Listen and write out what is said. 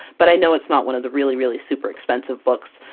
but i know it's not one of the really, really super expensive books.